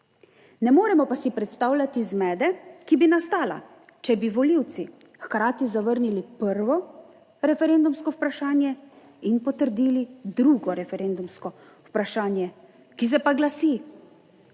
Ne moremo pa si predstavljati zmede, ki bi nastala, če bi volivci hkrati zavrnili prvo referendumsko vprašanje in potrdili drugo referendumsko vprašanje, ki se pa glasi: